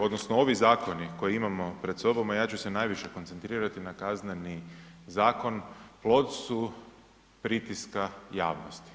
odnosno ovi zakoni koje imamo pred sobom, a ja ću se najviše koncentrirati na Kazneni zakon plod su pritiska javnosti.